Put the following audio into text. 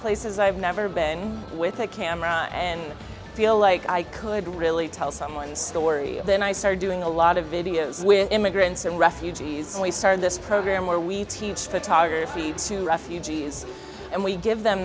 places i've never been with a camera and feel like i could really tell some one story then i started doing a lot of videos with immigrants and refugees and we started this program where we teach photography to refugees and we give them